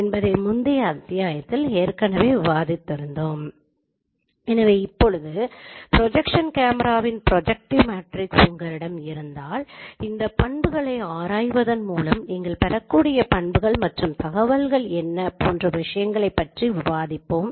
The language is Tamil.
என்பதனை முந்தைய அத்தியாயத்தில் ஏற்கனவே விவாதித்தோம் எனவே இப்போது ப்ரொஜக்ஸன் கேமரா வின் ப்ரொஜெக்டிவ் மேட்ரிக்ஸ் உங்களிடம் இருந்தால் இந்த பண்புகளை ஆராய்வதன் மூலம் நீங்கள் பெறக்கூடிய பண்புகள் மற்றும் தகவல்கள் என்ன போன்ற விஷயங்களைப் பற்றி விவாதிப்போம்